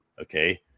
okay